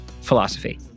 philosophy